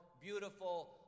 beautiful